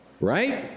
right